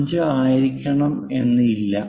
5 ആയിരിക്കണം എന്ന് ഇല്ല